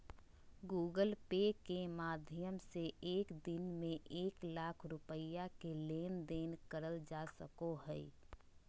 Google Pay के माध्यम से एक दिन में एक लाख रुपया के लेन देन करल जा सको हय